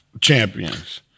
champions